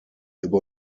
über